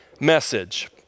message